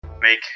make